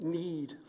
need